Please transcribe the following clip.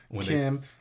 kim